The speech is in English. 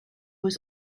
was